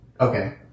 Okay